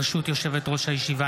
ברשות יושבת-ראש הישיבה,